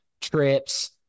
trips